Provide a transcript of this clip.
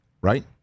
Right